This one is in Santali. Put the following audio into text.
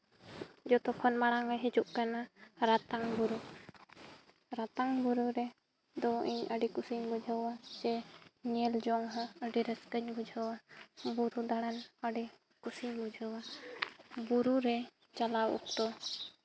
ᱡᱚᱛᱚ ᱠᱷᱚᱱ ᱢᱟᱲᱟᱝ ᱮ ᱦᱤᱡᱩᱜ ᱠᱟᱱᱟ ᱨᱟᱛᱟᱝ ᱵᱩᱨᱩ ᱨᱟᱛᱟᱝ ᱵᱩᱨᱩ ᱨᱮᱫᱚ ᱤᱧ ᱟᱹᱰᱤ ᱠᱩᱥᱤᱧ ᱵᱩᱡᱷᱟᱹᱣᱟ ᱪᱮ ᱧᱮᱞ ᱡᱚᱝ ᱦᱚᱸ ᱟᱹᱰᱤ ᱨᱟᱹᱥᱠᱟᱹᱧ ᱵᱩᱡᱷᱟᱹᱣᱟ ᱵᱩᱨᱩ ᱫᱟᱲᱟᱱ ᱟᱹᱰᱤ ᱠᱩᱥᱤᱧ ᱵᱩᱡᱷᱟᱹᱣᱟ ᱵᱩᱨᱩ ᱨᱮ ᱪᱟᱞᱟᱣ ᱚᱠᱛᱚ